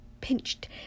pinched